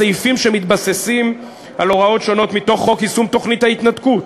סעיפים שמתבססים על הוראות שונות מתוך יישום חוק תוכנית ההתנתקות.